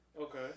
Okay